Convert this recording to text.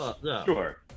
Sure